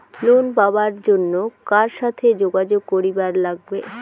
Loan পাবার জন্যে কার সাথে যোগাযোগ করিবার লাগবে?